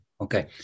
Okay